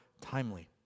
timely